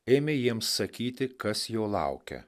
ėmė jiems sakyti kas jo laukia